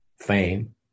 fame